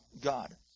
God